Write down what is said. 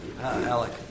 Alec